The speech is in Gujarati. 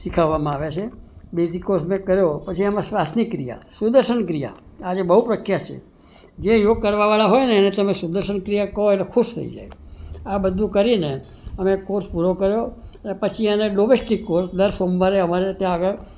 શીખવવામાં આવે છે બેઝિક કોર્સ મેં કર્યો પછી એમાં શ્વાસની ક્રિયા સુદર્શન ક્રિયા આજે બહુ પ્રખ્યાત છે જે યોગ કરવાવાળા હોય ને એને તમે સુદર્શન ક્રિયા કહો એટલે ખુશ થઈ જાય આ બધું કરીને અમે કોર્ષ પૂરો કર્યો ને પછી એને ડોમેસ્ટિક કોર્સ દર સોમવારે અમારે ત્યાં આગળ